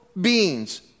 beings